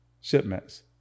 shipments